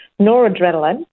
Noradrenaline